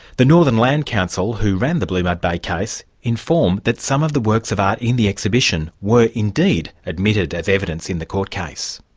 the northern land council, who ran the blue mud bay case, inform that some of the works of art in the exhibition were indeed admitted as evidence in the court case.